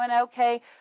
okay